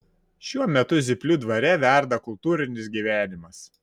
šiuo metu zyplių dvare verda kultūrinis gyvenimas